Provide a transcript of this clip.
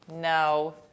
no